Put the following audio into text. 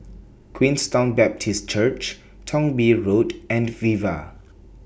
Queenstown Baptist Church Thong Bee Road and Viva